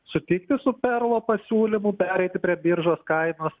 sutikti su perlo pasiūlymu pereiti prie biržos kainos